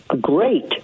great